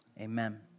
amen